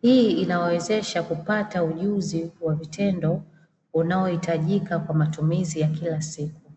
hii inawawezesha kupata ujuzi wa vitendo unaohitajika kwa matumizi ya kila siku.